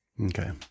Okay